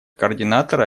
координатора